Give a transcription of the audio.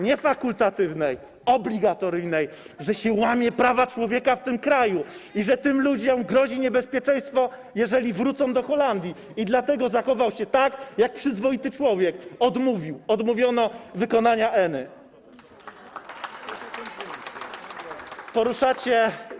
Nie fakultatywnej - obligatoryjnej, że się łamie prawa człowieka w tym kraju i że tym ludziom grozi niebezpieczeństwo, jeżeli wrócą do Holandii, i dlatego zachował się tak, jak przyzwoity człowiek - odmówiono wykonania ENA.